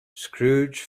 scrooge